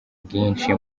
bwinshi